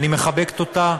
אני מחבקת אותה.